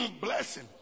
blessing